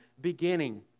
beginning